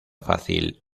fácil